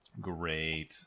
Great